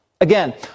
Again